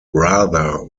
rather